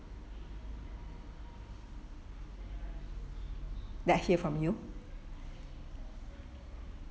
let hear from you